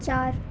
چار